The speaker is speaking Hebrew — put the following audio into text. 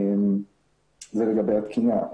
זה לגבי התקינה.